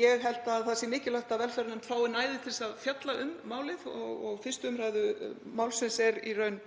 ég held að það sé mikilvægt að velferðarnefnd fái næði til að fjalla um málið og 1. umr. málsins er í raun